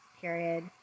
Period